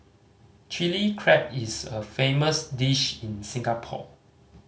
Chilli Crab is a famous dish in Singapore